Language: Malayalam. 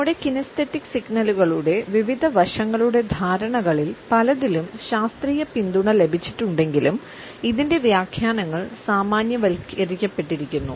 നമ്മുടെ കിനേസ്തെറ്റിക് സിഗ്നലുകളുടെ വിവിധ വശങ്ങളുടെ ധാരണകളിൽ പലതിലും ശാസ്ത്രീയ പിന്തുണ ലഭിച്ചിട്ടുണ്ടെങ്കിലും ഇതിൻറെ വ്യാഖ്യാനങ്ങൾ സാമാന്യവൽക്കരിക്കപ്പെട്ടിരിക്കുന്നു